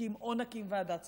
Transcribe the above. או נקים ועדה ציבורית,